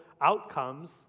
outcomes